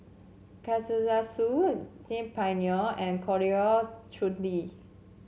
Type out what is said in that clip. Kalguksu Saag Paneer and Coriander Chutney